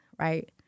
right